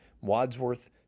Wadsworth